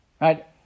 Right